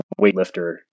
weightlifter